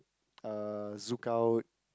uh Zouk-Out